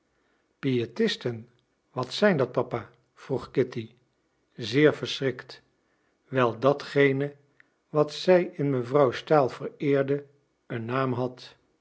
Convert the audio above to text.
piëtisten wat zijn dat papa vroeg kitty zeer verschrikt wijl datgene wat zij in mevrouw stahl vereerde een naam had